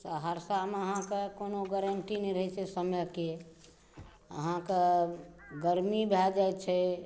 सहरसामे अहाँकेॅं कोनो गारंटी नहि रहै छै समयके अहाँकेॅं गरमी भए जाइ छै